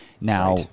now